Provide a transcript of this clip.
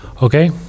okay